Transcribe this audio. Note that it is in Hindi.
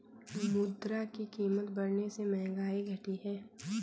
मुद्रा की कीमत बढ़ने से महंगाई घटी है